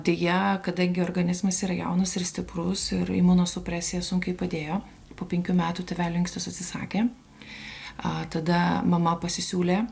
deja kadangi organizmas yra jaunas ir stiprus ir imunosupresija sunkiai padėjo po penkių metų tėvelio inkstas atsisakė a tada mama pasisiūlė